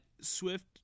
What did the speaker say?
Swift